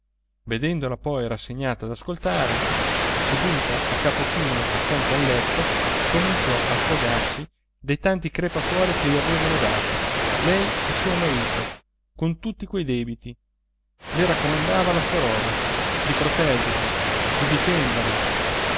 vedendola poi rassegnata ad ascoltare seduta a capo chino accanto al letto cominciò a sfogarsi dei tanti crepacuori che gli avevano dati lei e suo marito con tutti quei debiti le raccomandava la sua roba di proteggerla di difenderla